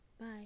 Bye